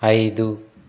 ఐదు